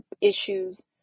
issues